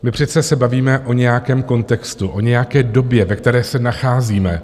My přece se bavíme o nějakém kontextu, o nějaké době, ve které se nacházíme.